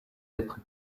être